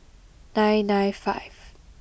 nine nine five